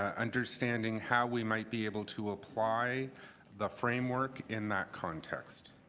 ah understanding how we might be able to apply the framework in that context.